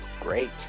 Great